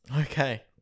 Okay